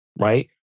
right